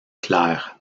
clair